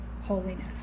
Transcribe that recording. holiness